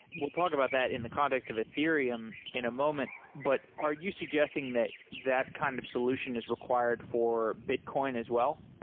we'll talk about that in the context of ethereum in a moment, but are you suggesting that that kind of solution is required for bitcoin as well?